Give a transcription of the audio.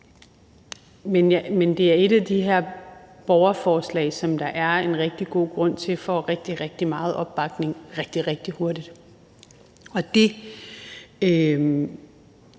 Men det er et af de her borgerforslag, som der er en rigtig god grund til får rigtig, rigtig meget opbakning rigtig, rigtig hurtigt, og jeg